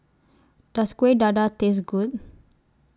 Does Kueh Dadar Taste Good